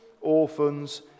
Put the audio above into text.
orphans